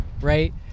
right